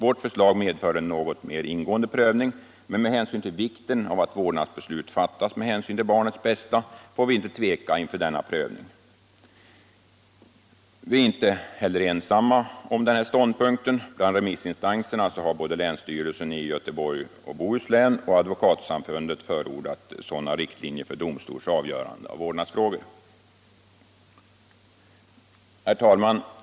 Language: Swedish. Vårt förslag medför en något mer ingående prövning, men med hänsyn till vikten av att vårdnadsbeslut fattas med hänsyn till barnets bästa får vi inte tveka inför denna prövning. Vi är inte heller ensamma om denna ståndpunkt. Bland remissinstanserna har både länsstyrelsen i Göteborgs och Bohus län och Advokatsamfundet förordat sådana riktlinjer för domstolsavgörande av vårdnadsfrågor. Herr talman!